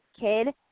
kid